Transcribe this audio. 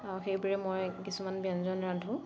আৰু সেইবোৰে মই কিছুমান ব্যঞ্জন ৰান্ধোঁ